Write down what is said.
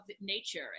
nature